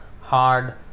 hard